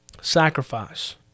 sacrifice